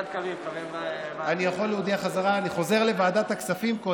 אני חוזר לוועדת הכספים,